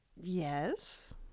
Yes